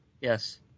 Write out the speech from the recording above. yes